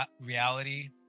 reality